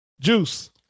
Juice